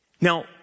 Now